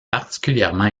particulièrement